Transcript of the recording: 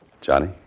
Johnny